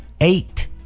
eight